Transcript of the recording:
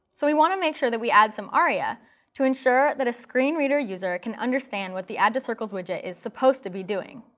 so we want to make sure that we add some aria to ensure that a screen reader user can understand what the add to circles widget is supposed to be doing.